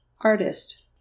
artist